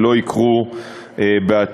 שלא יקרו בעתיד.